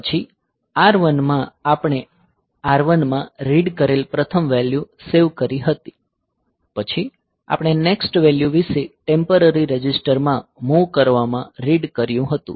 પછી R1 માં આપણે R1 માં રીડ કરેલ પ્રથમ વેલ્યુ સેવ કરી હતી પછી આપણે નેક્સ્ટ વેલ્યુ વિશે ટેમ્પરરી રજિસ્ટરમાં મૂવ કરવામાં રીડ કર્યું હતું